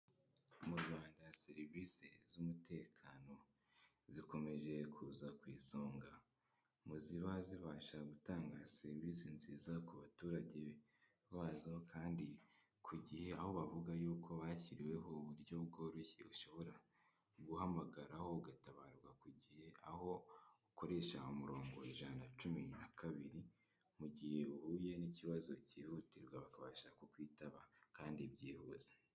Mu rwanda serivisi z'umutekano zikomeje kuza ku isonga. Mu ziba zibasha gutanga serivisi nziza ku baturage bazo kandi ku gihe, aho bavuga yuko bashyiriweho uburyo bworoshye ushobora guhamagariraho ugatabarwa ku gihe, aho ukoresha umurongo ijana na cumi na kabiri, mu gihe uhuye n'ikibazo cyihutirwa bakabasha kwitaba kandi byibuze.